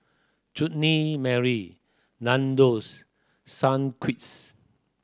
Chutney Mary Nandos Sunquicks